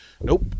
Nope